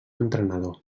entrenador